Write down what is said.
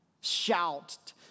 Shout